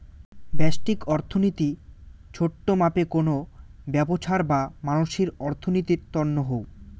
ব্যষ্টিক অর্থনীতি ছোট মাপে কোনো ব্যবছার বা মানসির অর্থনীতির তন্ন হউ